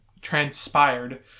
transpired